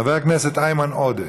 חבר הכנסת איימן עודה,